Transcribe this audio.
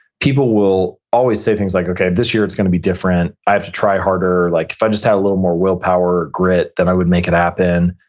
people will always say things like, this year, it's going to be different. i have to try harder. like if i just had a little more willpower, grit, then i would make it happen.